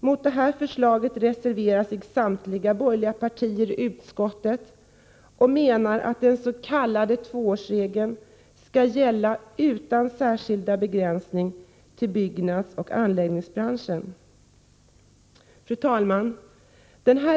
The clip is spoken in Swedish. Mot majoritetens skrivning reserverar sig samtliga borgerliga partier i utskottet och menar att den s.k. tvåårsregeln skall gälla utan särskild begränsning till byggnadsoch anläggningsbranschen. Fru talman!